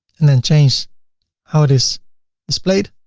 and then change how it is displayed,